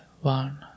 one